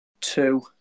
two